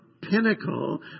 pinnacle